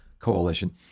coalition